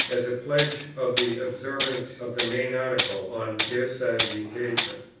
as a pledge of the observance of the main article on their side of the engagement.